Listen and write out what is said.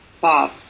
Bob